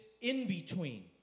in-between